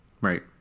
Right